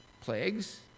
plagues